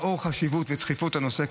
לאור חשיבות ודחיפות הנושא,